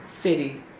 city